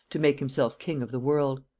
to make himself king of the world.